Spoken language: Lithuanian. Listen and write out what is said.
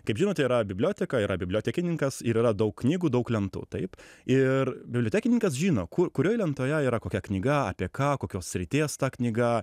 kaip žinote yra biblioteka yra bibliotekininkas ir yra daug knygų daug lentų taip ir bibliotekininkas žino kur kurioj lentoje yra kokia knyga apie ką kokios srities ta knyga